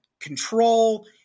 control